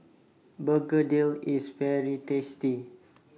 Begedil IS very tasty